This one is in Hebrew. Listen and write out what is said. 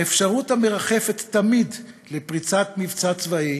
האפשרות המרחפת תמיד לפריצת מבצע צבאי